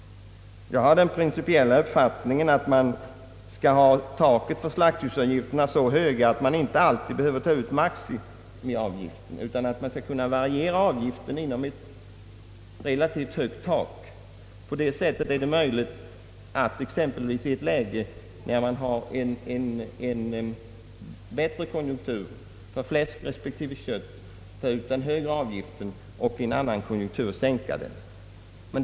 Jag har den principiella uppfattningen att taket för slaktdjursavgifterna skall vara så högt att man inte alltid behöver ta ut maximiavgiften, utan att man skall kunna variera avgiften inom ett relativt högt tak. På det sättet är det möjligt att exempelvis i ett bättre konjunkturläge för fläsk respektive kött ta ut en högre avgift och i ett annat konjunkturläge sänka den.